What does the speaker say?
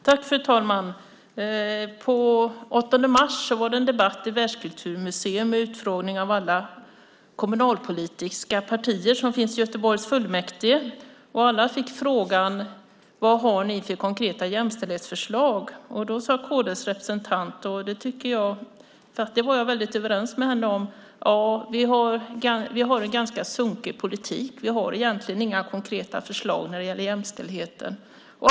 Fru talman! Den 8 mars var det en debatt i Världskulturmuseet med utfrågning av alla kommunalpolitiska partier som finns i Göteborgs fullmäktige. Alla fick frågan: Var har ni för konkreta jämställdhetsförslag? Då sade kd:s representant, och det var jag väldigt överens med henne om: Vi har en ganska sunkig politik. Vi har egentligen inga konkreta förslag när det gäller jämställdheten.